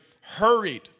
hurried